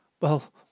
Well